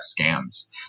scams